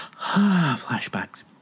flashbacks